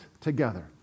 together